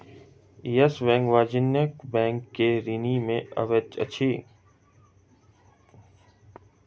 yes Bank वाणिज्य bank के श्रेणी में अबैत अछि